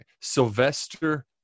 sylvester